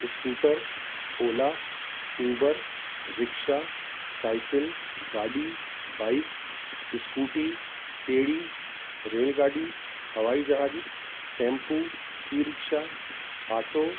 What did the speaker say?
scooter Ola Uber रिक्शा cycle गाॾी bike Scooty ॿेड़ी रेल गाॾी हवाई जहाज टेंपू ई रिक्शा आटो